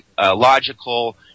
logical